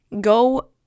go